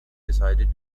decided